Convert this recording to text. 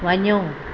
वञो